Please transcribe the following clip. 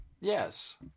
Yes